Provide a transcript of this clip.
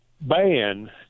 ban